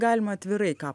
galima atvirai ką